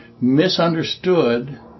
misunderstood